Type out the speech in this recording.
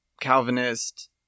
Calvinist